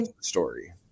story